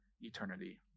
eternity